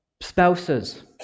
spouses